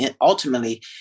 ultimately